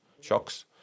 Shocks